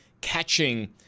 catching